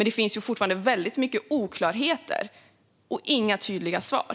Det finns fortfarande väldigt mycket oklarhet och inga tydliga svar.